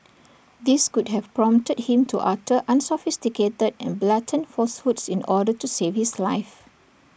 this could have prompted him to utter unsophisticated and blatant falsehoods in order to save his life